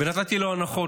ונתתי לו הנחות,